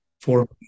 Four